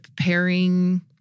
pairing